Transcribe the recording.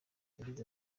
yagize